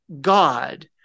God